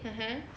mmhmm